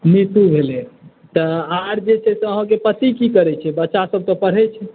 नीतू भेलै तऽ आर जे छै से अहाँके पति की करै छै बच्चा सभ तऽ पढ़ै छै